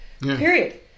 Period